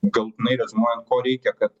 galutinai reziumuojant ko reikia kad